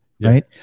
right